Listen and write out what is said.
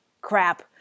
crap